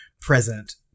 present